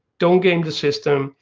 don't game the system